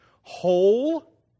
whole